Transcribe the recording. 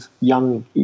young